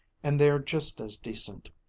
and they're just as decent.